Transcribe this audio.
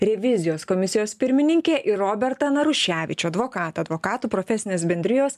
revizijos komisijos pirmininkę ir robertą naruševičių advokatą advokatų profesinės bendrijos